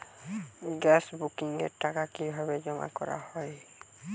Gas বুকিংয়ের টাকা কিভাবে জমা করা হয়?